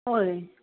हय